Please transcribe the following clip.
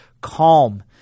calm